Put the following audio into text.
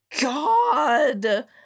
god